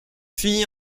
fit